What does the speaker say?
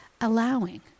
allowing